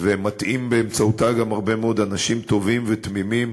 ומטעים באמצעותה גם הרבה מאוד אנשים טובים ותמימים